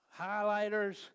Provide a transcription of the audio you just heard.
highlighters